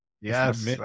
Yes